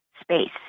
space